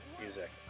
music